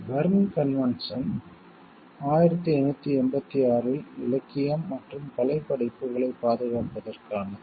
Berne convention 1886 இல் இலக்கியம் மற்றும் கலைப் படைப்புகளைப் பாதுகாப்பதற்கானது